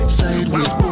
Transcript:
sideways